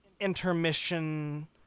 intermission